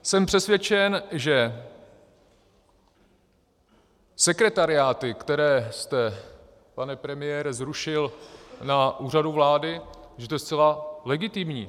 Jsem přesvědčen, že sekretariáty, které jste, pane premiére, zrušil na Úřadu vlády, že to je zcela legitimní.